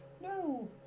No